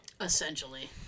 Essentially